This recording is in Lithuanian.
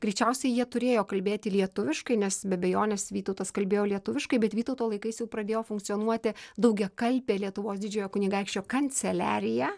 greičiausiai jie turėjo kalbėti lietuviškai nes be abejonės vytautas kalbėjo lietuviškai bet vytauto laikais jau pradėjo funkcionuoti daugiakalbė lietuvos didžiojo kunigaikščio kanceliarija